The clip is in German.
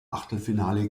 achtelfinale